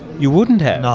you wouldn't have?